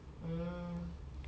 hmm